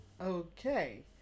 okay